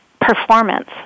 performance